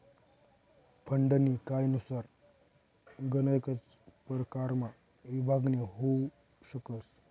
फंडनी कायनुसार गनच परकारमा विभागणी होउ शकस